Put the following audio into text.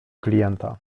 klienta